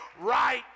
right